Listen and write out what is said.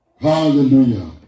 Hallelujah